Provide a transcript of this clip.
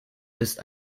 ist